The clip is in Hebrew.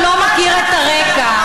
חברת הכנסת ברקו,